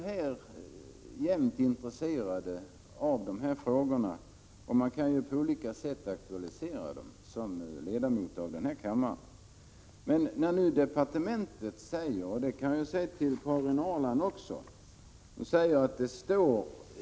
Vi är ju jämt intresserade av de här frågorna, och som riksdagsledamöter kan vi aktualisera dem på olika sätt. Det talas om utvärdering i proposition nr 100, men man måste göra någonting också, säger Karin Ahrland.